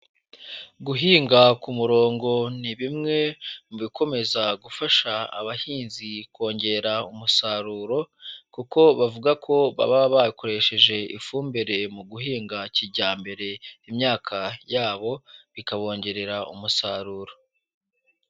Guhinga ku murongo ni bimwe mu bikomeza gufasha abahinzi kongera umusaruro, kuko bavuga ko baba bakoresheje ifumbire mu guhinga kijyambere, imyaka yabo, bikabongerera umusaruro.